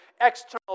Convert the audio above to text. external